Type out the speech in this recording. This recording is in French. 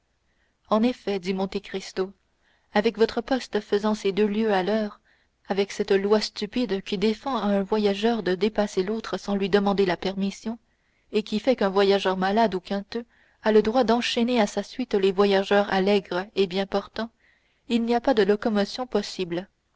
en effet dit monte cristo avec votre poste faisant ses deux lieues à l'heure avec cette loi stupide qui défend à un voyageur de dépasser l'autre sans lui demander la permission et qui fait qu'un voyageur malade ou quinteux a le droit d'enchaîner à sa suite les voyageurs allègres et bien portants il n'y a pas de locomotion possible